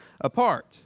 apart